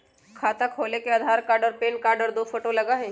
खाता खोले में आधार कार्ड और पेन कार्ड और दो फोटो लगहई?